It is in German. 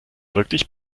wirklich